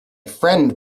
friend